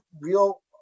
real